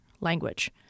language